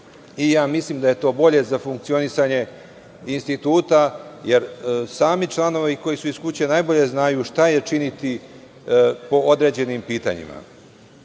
Mislim da je to bolje za funkcionisanje instituta, jer sami članovi koji su iz kuće najbolje znaju šta je činiti po određenim pitanjima. Takođe,